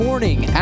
Morning